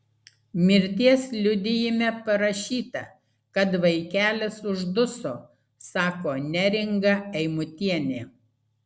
mirties liudijime parašyta kad vaikelis užduso sako neringa eimutienė